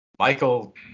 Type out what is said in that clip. Michael